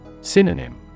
Synonym